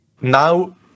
now